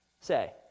say